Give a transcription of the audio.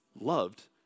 loved